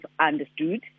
understood